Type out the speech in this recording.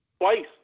Twice